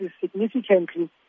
significantly